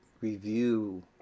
review